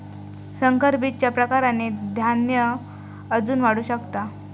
संकर बीजच्या प्रकारांनी धान्य अजून वाढू शकता